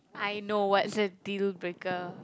I know what's a dealbreaker